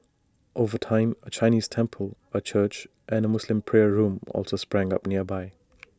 over time A Chinese temple A church and A Muslim prayer room also sprang up nearby